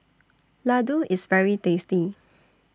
Ladoo IS very tasty